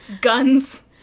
Guns